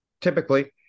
Typically